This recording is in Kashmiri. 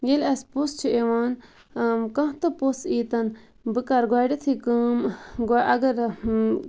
ییٚلہِ اَسہِ پوٚژھ چھُ یِوان کانٛہہ تہٕ پوٚژھ ییٖتَن بہٕ کَرٕ گۄڈٕنیٚتھٕے کٲم اَگَر